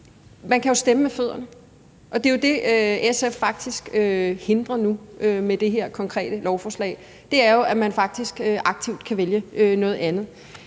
man kan jo stemme med fødderne, og det, SF faktisk hindrer med det her det konkrete lovforslag, er jo, at man aktivt kan vælge noget andet.